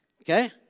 okay